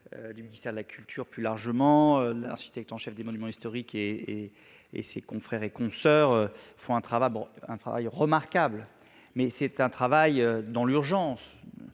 du ministère de la culture plus largement, l'architecte en chef des monuments historiques, ses confrères et consoeurs font un travail remarquable. Il s'agit d'un travail dans l'urgence.